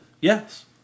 yes